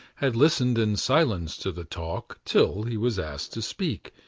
had listened in silence to the talk till he was asked to speak.